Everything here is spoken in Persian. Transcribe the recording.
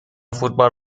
فوتبال